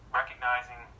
recognizing